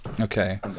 Okay